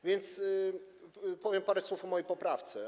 A więc powiem parę słów o mojej poprawce.